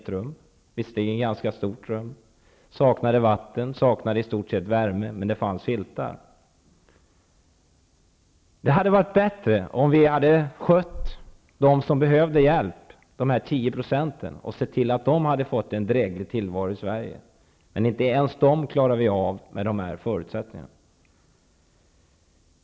Det var visserligen ett ganska stort rum, men det saknade vatten och i stort sett värme. Det fanns filtar. Det hade varit bättre om vi skötte om dem som behöver hjälp, de 10 % det rör sig om, och såg till att de fick en dräglig tillvaro i Sverige. Men inte ens det klarar vi av med dessa förutsättningar.